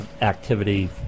activity